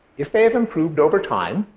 if they have improved over time,